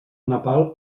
nepal